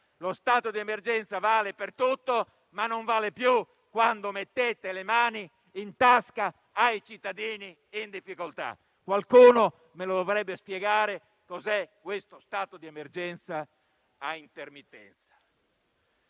Lo stato di emergenza vale per tutto, ma non vale più quando mettete le mani in tasca ai cittadini in difficoltà. Qualcuno mi dovrebbe spiegare cos'è questo stato di emergenza a intermittenza.